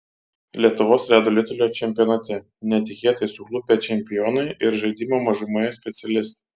lietuvos ledo ritulio čempionate netikėtai suklupę čempionai ir žaidimo mažumoje specialistai